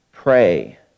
Pray